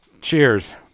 Cheers